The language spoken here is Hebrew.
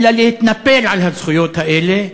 אלא להתנפל על הזכויות האלה,